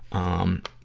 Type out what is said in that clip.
um,